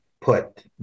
put